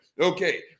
Okay